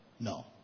no